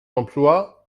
d’emploi